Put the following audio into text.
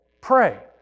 pray